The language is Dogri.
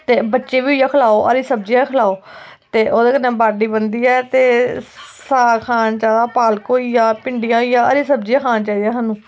ते बच्चें गी बी इ'यै खलाओ हरी सब्जी ते ओह्दे कन्नै बाड्डी बनदी ऐ ते साग खाना चाहिदा पालक होई गे भिंडियां होई गेइयां हरी सब्जियां खानियां चाहिदियां